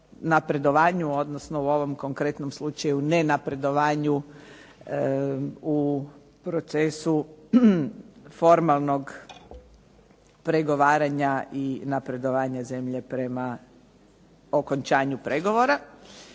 napredovanju odnosno u ovom konkretnom slučaju nenapredovanju u procesu formalnog pregovaranja i napredovanja zemlje prema okončanju pregovora.